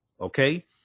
okay